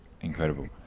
incredible